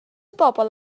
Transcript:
bobl